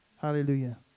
Hallelujah